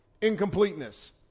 Incompleteness